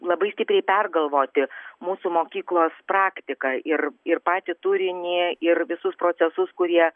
labai stipriai pergalvoti mūsų mokyklos praktiką ir ir patį turinį ir visus procesus kurie